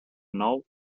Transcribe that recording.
nou